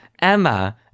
Emma